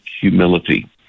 humility